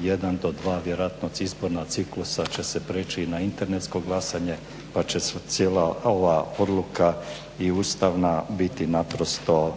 jedan do dva vjerojatno izborna ciklusa će se prijeći i na internetsko glasanje pa će cijela ova odluka i ustavna biti naprosto